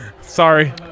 Sorry